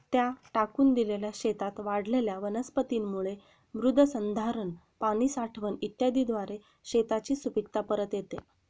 त्या टाकून दिलेल्या शेतात वाढलेल्या वनस्पतींमुळे मृदसंधारण, पाणी साठवण इत्यादीद्वारे शेताची सुपीकता परत येते